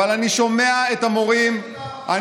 אבל אני שומע את המורים, באמת תודה רבה.